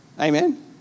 Amen